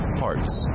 parts